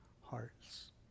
hearts